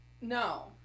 No